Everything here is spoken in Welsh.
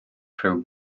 rhyw